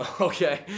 Okay